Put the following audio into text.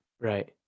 Right